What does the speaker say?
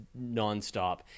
nonstop